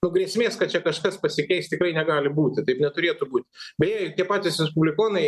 nu grėsmės kad čia kažkas pasikeis tikrai negali būti taip neturėtų būti beje ir tie patys respublikonai